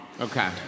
Okay